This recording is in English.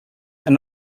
and